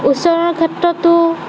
উচ্চাৰণৰ ক্ষেত্ৰতো